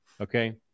Okay